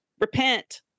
repent